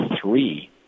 three